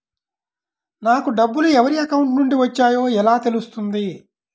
నాకు డబ్బులు ఎవరి అకౌంట్ నుండి వచ్చాయో ఎలా తెలుస్తుంది?